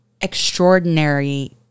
extraordinary